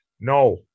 No